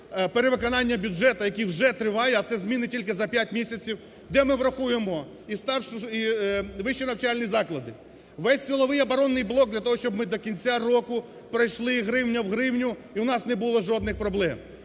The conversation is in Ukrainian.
перевиконання бюджету, який вже триває, а це зміни тільки за 5 місяців, де ми врахуємо і вищі навчальні заклади, весь силовий оборонний блок для того, щоб ми до кінця року пройшли гривня в гривню і у нас не було жодних проблем.